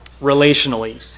relationally